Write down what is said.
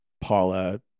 Paula